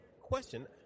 Question